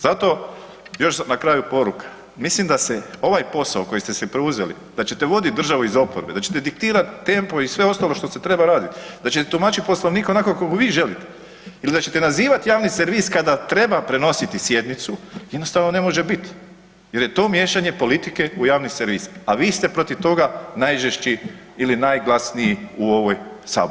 Zato još na kraju poruka, mislim da se ovaj posao koji ste si preuzeli da ćete voditi državu iz oporbe, da ćete diktirati tempo i sve ostalo što se treba raditi, da ćete tumačiti Poslovnik onako kako vi želite ili da ćete nazivati javni servis kada treba prenositi sjednicu jednostavno ne može bit jer je to miješanje politike u javni servis, a vi ste protiv toga najžešći ili najglasniji u ovoj sabornici.